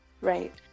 Right